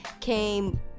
came